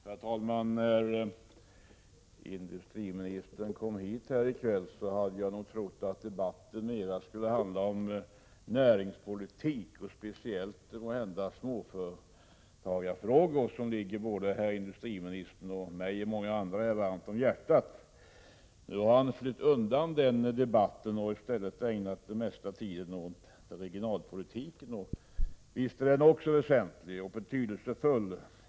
Herr talman! När nu industriministern kom hit i kväll, hade jag trott att debatten mer skulle handla om näringspolitiken och måhända speciellt om småföretagarfrågor. Dessa ligger ju både herr industriministern och mig och även många andra varmt om hjärtat. Nu har industriministern flytt undan den debatten och i stället ägnat den mesta tiden åt regionalpolitiken. Visst är regionalpolitiken också väsentlig och betydelsefull.